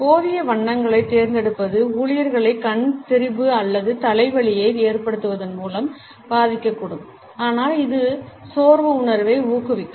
போதிய வண்ணங்களைத் தேர்ந்தெடுப்பது ஊழியர்களை கண் திரிபு அல்லது தலைவலியை ஏற்படுத்துவதன் மூலம் பாதிக்கக்கூடும் ஆனால் இது சோர்வு உணர்வை ஊக்குவிக்கும்